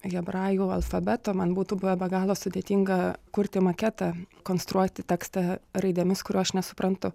hebrajų alfabeto man būtų buvę be galo sudėtinga kurti maketą konstruoti tekstą raidėmis kurių aš nesuprantu